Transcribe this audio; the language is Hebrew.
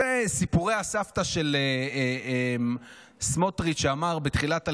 זה סיפורי הסבתא של סמוטריץ', שאמר בתחילת הלחימה: